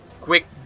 Quick